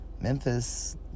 Memphis